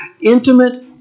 intimate